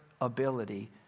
ability